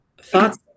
thoughts